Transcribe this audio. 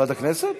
ועדת הכנסת.